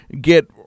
get